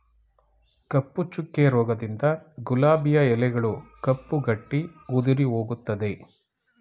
ಕಪ್ಪು ಚುಕ್ಕೆ ರೋಗದಿಂದ ಗುಲಾಬಿಯ ಎಲೆಗಳು ಕಪ್ಪು ಗಟ್ಟಿ ಉದುರಿಹೋಗುತ್ತದೆ